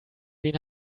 wen